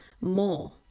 more